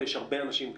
ויש הרבה אנשים כאלה,